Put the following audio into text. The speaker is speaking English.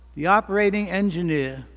the operating engineer.